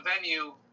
venue